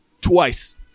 twice